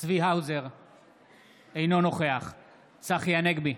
אינו נוכח צחי הנגבי,